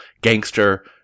gangster